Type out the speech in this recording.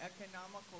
economical